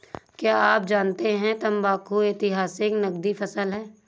क्या आप जानते है तंबाकू ऐतिहासिक नकदी फसल है